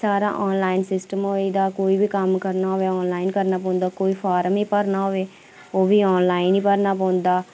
सारा online system होई गेदा कोई बी कम्म करना होवै आनलाइन करना पौंदा कोई फार्म ई भरना हौवै ओह् बी आनलाइन ई भरना पौंदा